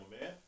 man